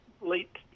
late